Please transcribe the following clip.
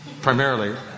Primarily